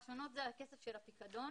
השונות זה הכסף של הפיקדון,